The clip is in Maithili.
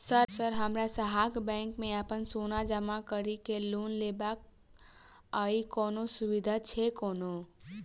सर हमरा अहाँक बैंक मे अप्पन सोना जमा करि केँ लोन लेबाक अई कोनो सुविधा छैय कोनो?